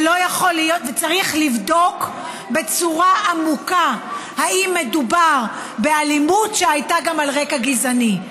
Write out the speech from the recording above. וצריך לבדוק בצורה עמוקה אם מדובר באלימות שהייתה גם על רקע גזעני.